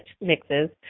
mixes